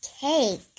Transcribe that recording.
cake